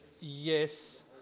Yes